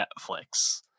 Netflix